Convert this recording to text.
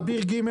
אביר ג',